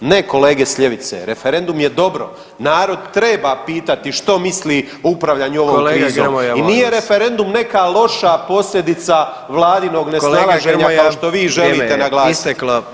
Ne, kolege s ljevice, referendum je dobro, narod treba pitati što misli o upravljanju ovom krizom [[Upadica: Kolega Grmoja, molim vas.]] i nije referendum neka loša posljedica Vladinog nesnalaženja kao [[Upadica: Kolega Grmoja, vrijeme je isteklo.]] što vi želite naglasiti.